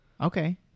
Okay